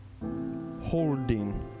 holding